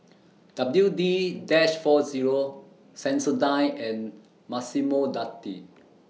W D dash four Zero Sensodyne and Massimo Dutti